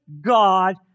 God